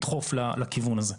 לדחוף לכיוון הזה,